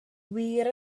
wir